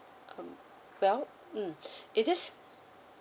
um well mm it is